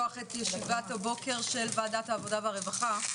אני מבקשת לפתוח את ישיבת הבוקר של וועדת העבודה והרווחה,